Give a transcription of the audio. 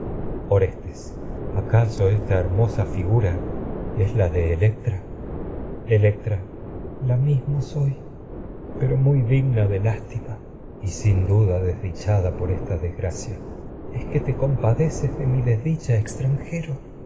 orestes acaso electra electra hermosa la de la misma soy pero muy digna de lás tima orestes y sin duda desdichada por esta desgracia electra es que te compadeces de mi desdicha extranjero